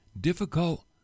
difficult